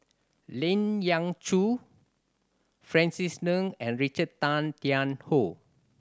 Lien Ying Chow Francis Ng and Richard Tay Tian Hoe